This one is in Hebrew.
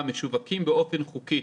המשווקים באופן חוקי,